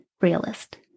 realist